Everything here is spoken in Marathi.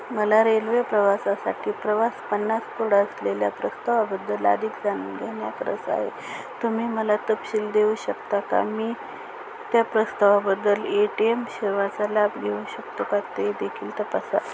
मला रेल्वे प्रवासासाठी प्रवास पन्नास कोड असलेल्या प्रस्तावाबद्दल अधिक जाणून घेण्यात रस आहे तुम्ही मला तपशील देऊ शकता का मी त्या प्रस्तावाबद्दल ए टी एम सेवाचा लाभ घेऊ शकतो का ते देेखील तपासा